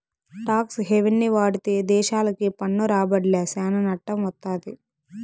talks హెవెన్ని వాడితే దేశాలకి పన్ను రాబడ్ల సానా నట్టం వత్తది